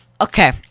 Okay